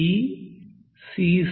B C